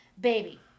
baby